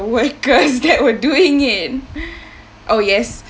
workers that were doing it oh yes